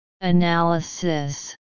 Analysis